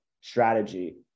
strategy